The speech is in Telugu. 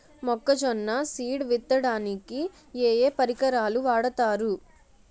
మొక్కజొన్న సీడ్ విత్తడానికి ఏ ఏ పరికరాలు వాడతారు?